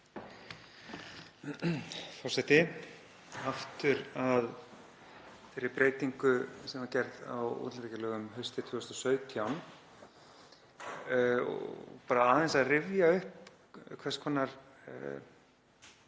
Forseti. Aftur að þeirri breytingu sem var gerð á útlendingalögum haustið 2017, bara aðeins að rifja upp hvers konar